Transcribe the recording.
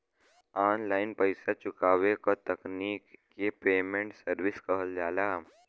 online पइसा चुकावे क तकनीक के पेमेन्ट सर्विस कहल जाला